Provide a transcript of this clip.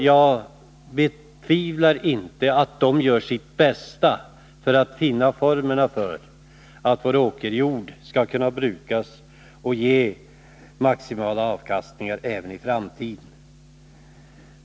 Jag betvivlar inte att de gör sitt bästa för att finna former för att vår åkerjord skall kunna brukas på ett sätt som gör att den lämnar maximal avkastning även i framtiden.